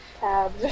tabs